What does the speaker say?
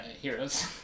heroes